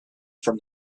from